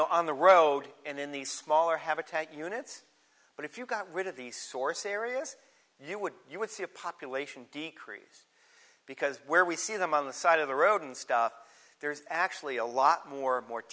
know on the road and in these smaller habitat units but if you got rid of the source areas you would you would see a population decrease because where we see them on the side of the road and stuff there's actually a lot more